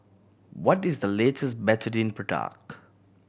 what is the latest Betadine product